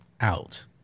out